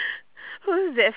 who's that friend